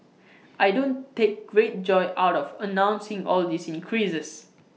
I don't take great joy out of announcing all these increases